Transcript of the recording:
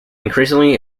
increasingly